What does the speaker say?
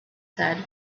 said